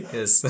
Yes